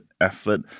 effort